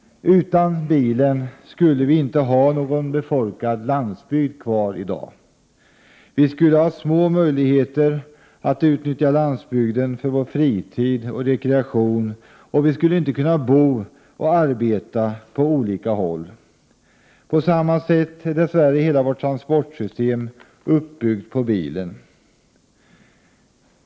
: Utan bilen skulle vi i dag inte ha kvar någon befolkad landsbygd. Vi skulle ha små möjligheter att utnyttja landsbygden för vår fritid och rekreation, och vi skulle inte kunna bo och arbeta på olika håll. På samma sätt är dess värre hela vårt transportsystem uppbyggt på bilen.